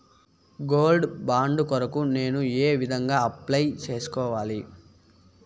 Gold bond కొరకు నేను ఏ విధంగా అప్లై సేసుకోవాలి?